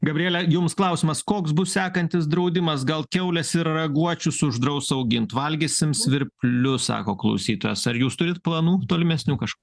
gabriele jums klausimas koks bus sekantis draudimas gal kiaules ir raguočius uždraus augint valgysim svirplius sako klausytojas ar jūs turit planų tolimesnių kažk